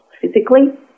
physically